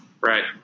Right